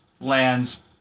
lands